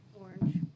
Orange